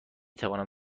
توانم